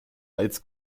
als